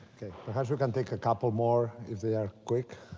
perhaps you can take a couple more if they are quick?